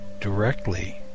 directly